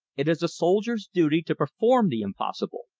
it is a soldier's duty to perform the impossible.